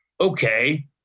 okay